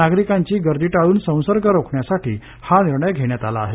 नागरिकांची गर्दी टाळून संसर्ग रोखण्यासाठी हा निर्णय घेण्यात आला आहे